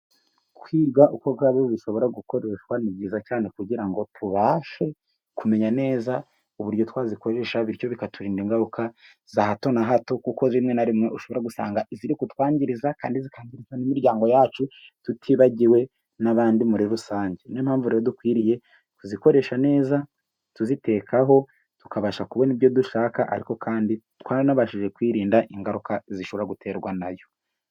Kwiga uko gaze zishobora gukoreshwa ni byiza cyane kugira ngo tubashe kumenya neza uburyo twazikoresha. Bityo bikaturinda ingaruka za hato na hato, kuko rimwe na rimwe ushobora gusanga iziri kutwangiza kandi zikangiriza n'imiryango yacu tutibagiwe n'abandi muri rusange. Ni yo mpamvu rero dukwiriye kuzikoresha neza tuzitekaho tukabasha kubona ibyo dushaka ariko kandi tubashije kwirinda ingaruka zishobora guterwa na yo.